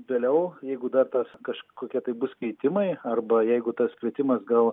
vėliau jeigu dar tas kažkokie tai bus keitimai arba jeigu tas kvietimas gal